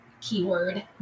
keyword